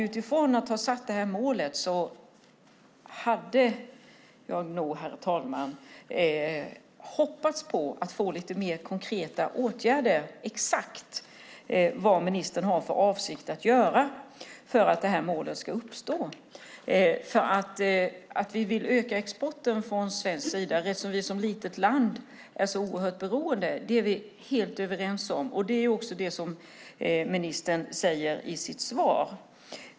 Utifrån att man satt upp det här målet hade jag nog, herr talman, hoppats på att få höra om lite mer konkreta åtgärder, exakt vad ministern har för avsikt att göra för att de här målen ska uppnås. Att vi vill öka exporten från svensk sida, det som Sverige som litet land är så oerhört beroende av, är vi helt överens om. Det är också det som ministern säger i sitt svar.